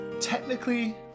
technically